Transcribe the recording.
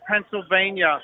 Pennsylvania